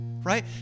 Right